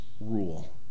rule